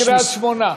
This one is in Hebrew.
גם בקריית-שמונה.